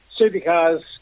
Supercars